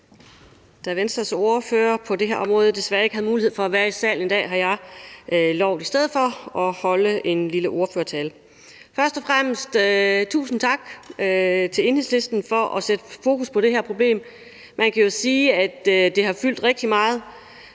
Da Venstres ordfører på det her område desværre ikke har mulighed for at være i salen i dag, har jeg lovet i stedet for at holde en lille ordførertale. Først og fremmest tusind tak til Enhedslisten for at sætte fokus på det her problem. Man kan jo sige, at det har fyldt rigtig meget